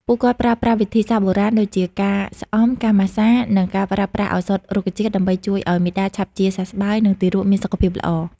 ពួកគាត់ប្រើប្រាស់វិធីសាស្រ្តបុរាណ ដូចជាការស្អំ ការម៉ាស្សា និងការប្រើប្រាស់ឱសថរុក្ខជាតិ ដើម្បីជួយឲ្យមាតាឆាប់ជាសះស្បើយ និងទារកមានសុខភាពល្អ។